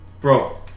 Bro